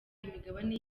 imigabane